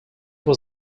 was